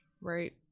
right